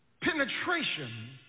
penetration